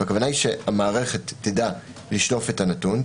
הכוונה היא שהמערכת תדע לשלוף את הנתון,